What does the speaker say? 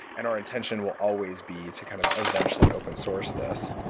and our intention will always be to kind of eventually open-source this.